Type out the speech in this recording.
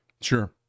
Sure